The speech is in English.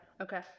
Okay